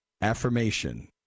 affirmation